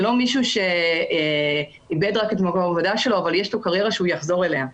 זה לא מישהו שאיבד רק את מקום העבודה שלו אבל יש לו קריירה לחזור אליה.